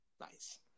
Nice